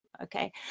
Okay